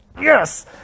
yes